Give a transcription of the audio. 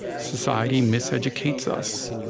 society miseducates us.